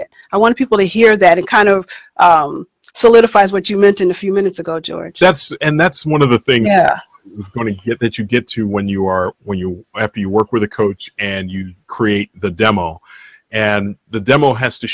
it i want people to hear that it kind of solidifies what you mentioned a few minutes ago georgette's and that's one of the things that you get to when you are where you are you work with a coach and you create the demo and the demo has to